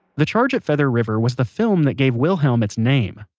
the charge at feather river was the film that gave wilhelm it's name,